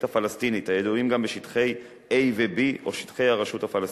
הפלסטינית הידועים גם בשם שטחי A ו-B או שטחי הרשות הפלסטינית.